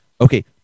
okay